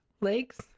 legs